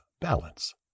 balance